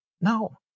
no